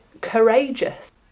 courageous